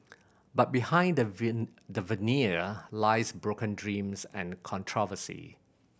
but behind the the veneer lies broken dreams and controversy